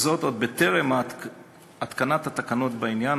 וזאת עוד טרם התקנת התקנות בעניין,